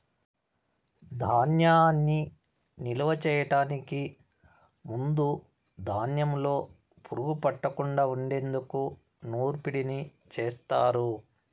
ధాన్యాన్ని నిలువ చేయటానికి ముందు ధాన్యంలో పురుగు పట్టకుండా ఉండేందుకు నూర్పిడిని చేస్తారు